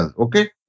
okay